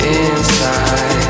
inside